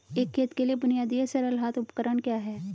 एक खेत के लिए बुनियादी या सरल हाथ उपकरण क्या हैं?